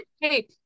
Hey